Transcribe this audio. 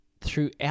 throughout